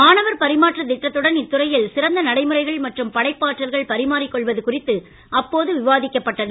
மாணவர் பரிமாற்றத் திட்டத்துடன் இத்துறையில் சிறந்த நடைமுறைகள் மற்றும் படைப்பாற்றல்கள் பரிமாறிக்கொள்வது குறித்து அப்போது விவாதிக்கப்பட்டது